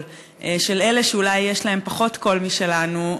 של אלה שאולי יש להם פחות קול משלנו,